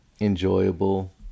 enjoyable